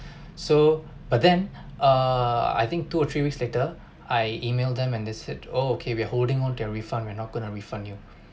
so but then uh I think two or three weeks later I email them and they said oh okay we're holding onto your refund we're not going to refund you